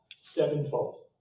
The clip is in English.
sevenfold